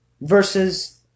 versus